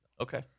Okay